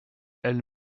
elle